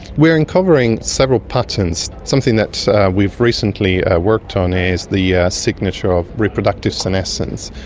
we are uncovering several patterns. something that we've recently worked on is the yeah signature of reproductive senescence,